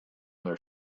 their